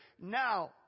now